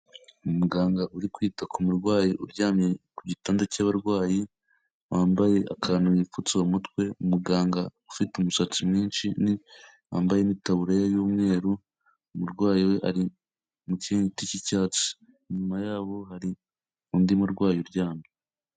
Umuganga uri kwita ku murwayi uryamye ku gitanda cy'abarwayi, wambaye akantu wipfutse mu mutwe, umuganga ufite umusatsi mwinshi wambaye n'itaburiya y'umweru, umurwayi we ari mu kiringiti cy'icyatsi, inyuma yabo hari undi murwayi uryamye.